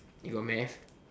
you got math